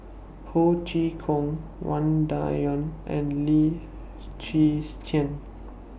Ho Chee Kong Wang Dayuan and Lim Chwee Chian